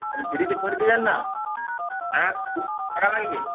মানে ফ্রিতে করে দেবেন না হ্যাঁ টাকা লাগবে